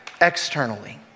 externally